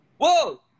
Whoa